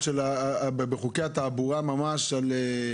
בחוקי התעבורה יש את הרזולוציה הזאת?